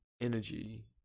energy